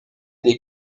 des